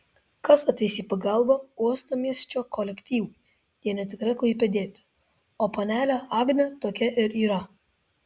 kas ateis į pagalbą uostamiesčio kolektyvui jei ne tikra klaipėdietė o panelė agnė tokia ir yra